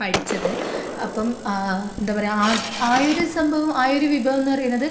പഠിച്ചത് അപ്പം എന്താ പറയുക ആ ആ ഒരു സംഭവം ആ ഒരു വിഭവമെന്ന് പറയുന്നത്